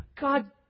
God